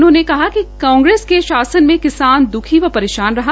उन्होंने कहा कि कांगेस के शासन में किसान दखी व परेशान रहा